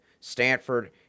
Stanford